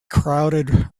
crowded